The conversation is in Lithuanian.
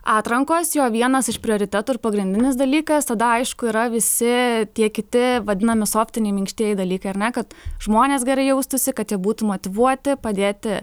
atrankos jo vienas iš prioritetų ir pagrindinis dalykas tada aišku yra visi tie kiti vadinami softiniai minkštieji dalykai ar ne kad žmonės gerai jaustųsi kad jie būtų motyvuoti padėti